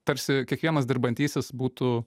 tarsi kiekvienas dirbantysis būtų